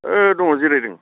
दङ जिरायदों